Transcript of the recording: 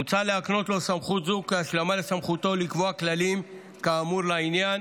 מוצע להקנות לו סמכות זו כהשלמה לסמכותו לקבוע כללים כאמור לעניין